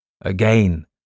Again